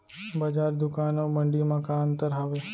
बजार, दुकान अऊ मंडी मा का अंतर हावे?